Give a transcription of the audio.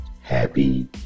happy